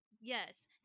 yes